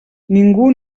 ningú